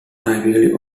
typically